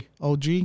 OG